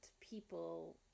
people